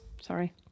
Sorry